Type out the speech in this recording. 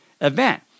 event